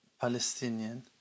Palestinian